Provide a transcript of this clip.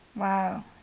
wow